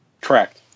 Correct